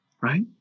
Right